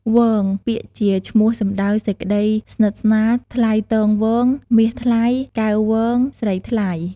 វង ពាក្យជាឈ្មោះសំដៅសេចក្តីស្និទ្ធស្នាល ថ្លៃទងវង មាសថ្លៃ កែវវង ស្រីថ្លៃ។